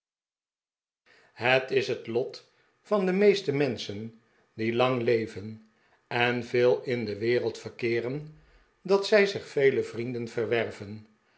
het is het let van de meeste menschen die lang leven en veel in de wereld verkeeren dat zij zich vele vrienden verwerven